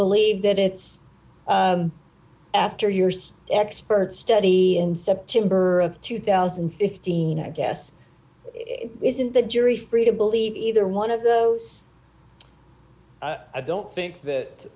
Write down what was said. believe that it's after years experts study and september of two thousand and fifteen i guess it isn't the jury free to believe either one of those i don't think that